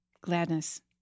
Gladness